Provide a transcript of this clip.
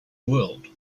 world